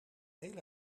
heel